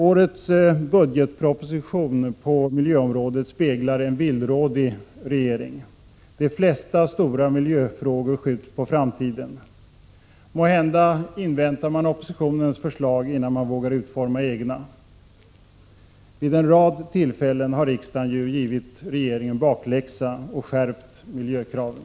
Årets budgetproposition på miljöområdet speglar en villrådig regering. De flesta stora miljöfrågor skjuts på framtiden. Måhända inväntar man oppositionens förslag innan man vågar utforma egna. Vid en rad tillfällen har ju riksdagen givit regeringen bakläxa och skärpt miljökraven.